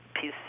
Peace